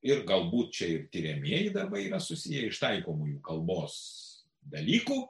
ir galbūt čia ir tiriamieji darbai yra susiję iš taikomųjų kalbos dalykų